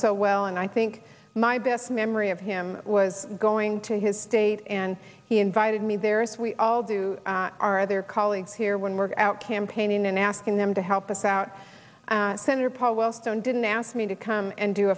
so well and i think my best memory of him was going to his state and he invited me there as we all do our other colleagues here when we're out campaigning and asking them to help us out senator paul wellstone didn't ask me to come and do